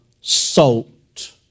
salt